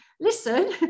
listen